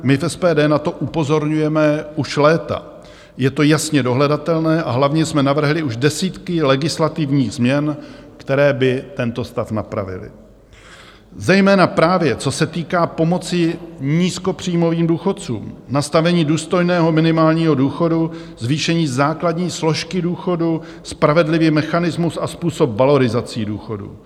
My z SPD na to upozorňujeme už léta, je to jasně dohledatelné, a hlavně jsme navrhli už desítky legislativních změn, které by tento stav napravily, zejména právě co se týká pomoci nízkopříjmovým důchodcům nastavení důstojného minimálního důchodu, zvýšení základní složky důchodu, spravedlivý mechanismus a způsob valorizace důchodů.